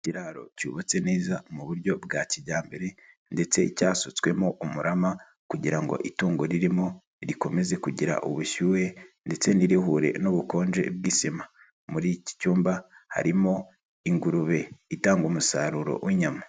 Ikiraro cyubatse neza mu buryo bwa kijyambere, ndetse cyasutswemo umurama kugira ngo itungo ririmo rikomeze kugira ubushyuhe, ndetse ntirihure n'ubukonje bw'isima. Muri iki cyumba harimo ingurube itanga umusaruro w'inyama.